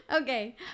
Okay